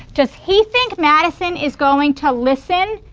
does he think madison is going to listen?